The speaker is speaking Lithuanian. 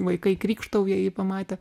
vaikai krykštauja jį pamatę